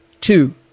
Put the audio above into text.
two